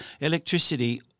electricity